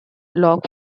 log